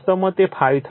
વાસ્તવમાં તે 5 થશે